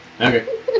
Okay